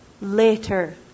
later